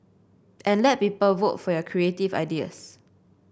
and let people vote for your creative ideas